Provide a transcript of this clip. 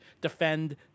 defend